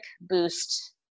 boost